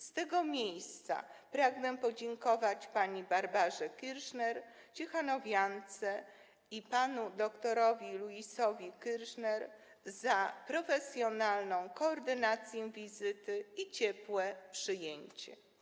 Z tego miejsca pragnę podziękować pani Barbarze Kirschner, ciechanowiance, i panu dr. Louisowi Kirschnerowi za profesjonalną koordynację wizyty i ciepłe przyjęcie.